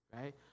right